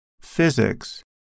physics